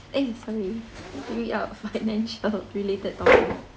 eh sorry read out financial related topic